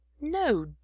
No